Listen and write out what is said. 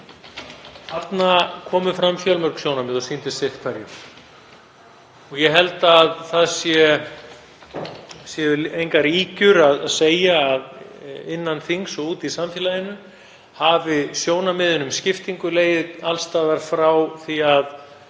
Þar komu fram fjölmörg sjónarmið og sýndist sitt hverjum. Ég held að engar ýkjur séu að segja að innan þings og úti í samfélaginu hafi sjónarmiðin um skiptingu legið alls staðar frá því að